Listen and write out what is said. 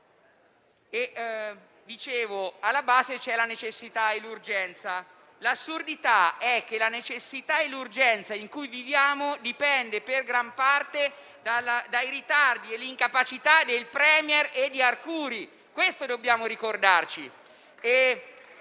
alla base, ci sono la necessità e l'urgenza. L'assurdità è che la necessità e l'urgenza in cui viviamo dipendono in gran parte dai ritardi e dall'incapacità del *Premier* e di Arcuri. La condanna